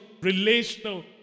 relational